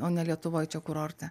o ne lietuvoj čia kurorte